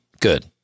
good